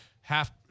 half